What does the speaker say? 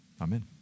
Amen